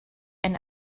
and